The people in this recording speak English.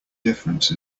difference